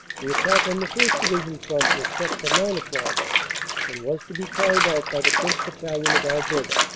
the attack on the first. division front was set for nine o'clock and was to be carried out by the tenth. battalion, of alberta.